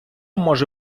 може